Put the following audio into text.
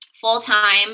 full-time